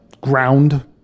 ground